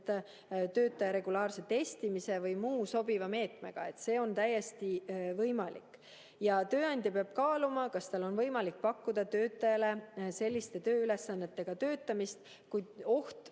töötaja regulaarse testimise või muu sobiva meetmega. Tööandja peab kaaluma, kas tal on võimalik pakkuda töötajale selliste tööülesannetega töötamist, kus oht